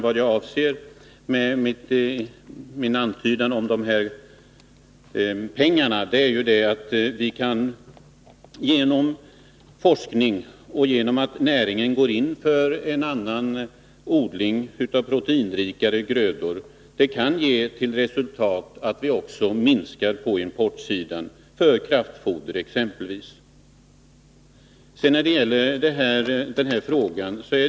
Vad jag avser med min antydan om dessa pengar är ju att forskning och detta att näringen går in för en annan odling av proteinrikare grödor kan ge till resultat att vi också minskar på importsidan, exempelvis i fråga om kraftfoder.